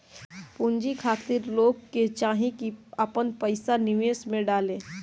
पूंजी खातिर लोग के चाही की आपन पईसा निवेश में डाले